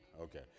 Okay